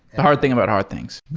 and hard thing about hard things.